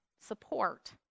support